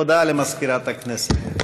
הודעה למזכירת הכנסת.